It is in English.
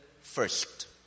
first